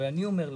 אני אומר לך,